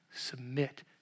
Submit